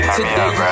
Today